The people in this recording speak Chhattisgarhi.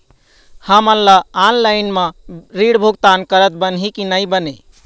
हमन ला ऑनलाइन म ऋण भुगतान करत बनही की नई बने?